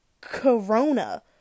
corona